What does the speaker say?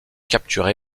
capturé